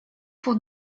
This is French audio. pour